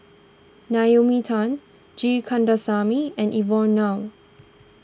Naomi Tan G Kandasamy and Evon Kow